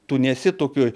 tu nesi tokioj